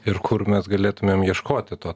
ir kur mes galėtumėm ieškoti to